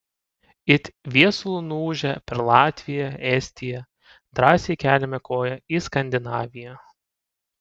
it viesulu nuūžę per latviją estiją drąsiai keliame koją į skandinaviją